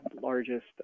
largest